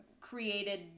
created